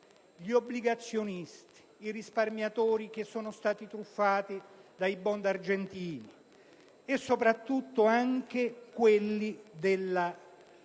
gli obbligazionisti e i risparmiatori che sono stati truffati dai *bond* argentini, ma soprattutto quelli di